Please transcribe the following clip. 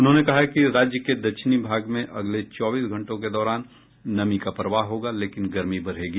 उन्होंने कहा कि राज्य के दक्षिणी भाग में अगले चौबीस घंटों के दौरान नमी का प्रवाह होगा लेकिन गर्मी बढ़ेगी